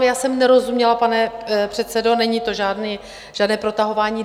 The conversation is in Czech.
Já jsem nerozuměla, pane předsedo, není to žádné protahování.